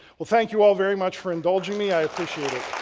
well, thank you all very much for indulging me, i appreciate it.